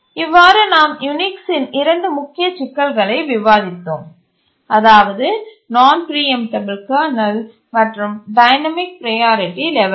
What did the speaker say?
இவ்வாறு நாம் யூனிக்ஸ்சின் இரண்டு முக்கிய சிக்கல்களை விவாதித்தோம்அதாவது நான் பிரீஎம்டபல் கர்னல் மற்றும் டைனமிக் ப்ரையாரிட்டி லெவல்கள்